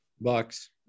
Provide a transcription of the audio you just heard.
Bucks